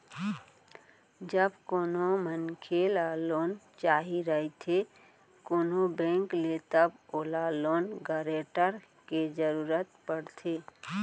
जब कोनो मनखे ल लोन चाही रहिथे कोनो बेंक ले तब ओला लोन गारेंटर के जरुरत पड़थे